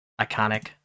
iconic